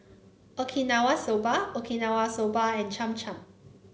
Okinawa Soba Okinawa Soba and Cham Cham